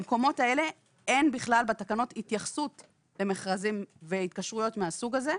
במקומות האלה אין בתקנות התייחסות למכרזים והתקשרויות מהסוג הזה.